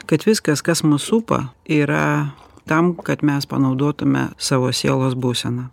kad viskas kas mus supa yra tam kad mes panaudotume savo sielos būseną